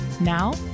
Now